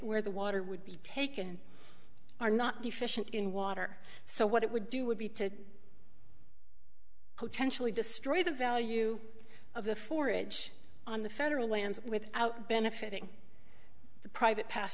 where the water would be taken are not deficient in water so what it would do would be to potentially destroy the value of the forage on the federal lands without benefiting the private past